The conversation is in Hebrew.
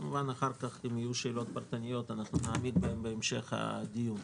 וכמובן אחר כך אם יהיו שאלות פרטניות אנחנו נעמיק בהן בהמשך הדיון.